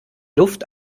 luft